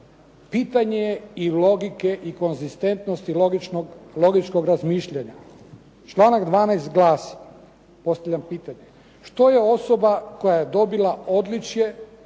pitanje i logike i konzistentnosti logičnog razmišljanja. Članak 12. glasi, postavljam pitanje, što ona osoba koja je dobila odličje